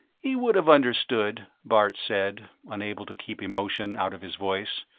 he would have understood, bart said, unable to keep emotion out of his voice,